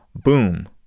boom